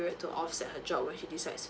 to offset her job when she decides